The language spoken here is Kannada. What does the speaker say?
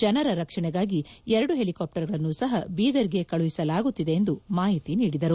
ಜಿನರ ರಕ್ಷಣೆಗಾಗಿ ಎರಡು ಹೆಲಿಕಾಪ್ಸರ್ಗಳನ್ನು ಸಹ ಬೀದರ್ಗೆ ಕಳುಹಿಸಲಾಗುತ್ತಿದೆ ಎಂದು ಮಾಹಿತಿ ನೀಡಿದರು